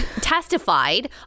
testified